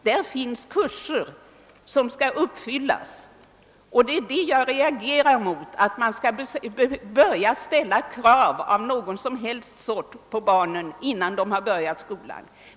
Där finns kurser som skall klaras, och jag reagerar mot att det ställs några som helst krav på barnen innan de börjat skolan.